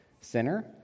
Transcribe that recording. sinner